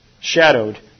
Shadowed